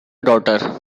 daughter